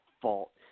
fault